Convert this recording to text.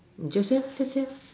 just say la just say lah